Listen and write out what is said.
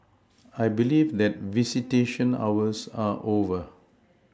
I believe that visitation hours are over